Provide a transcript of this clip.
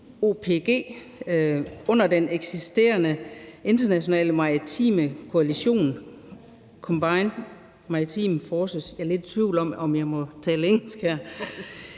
under den eksisterende internationale maritime koalition, Combined Maritime Forces – jeg er lidt i tvivl om, om jeg må tale engelsk her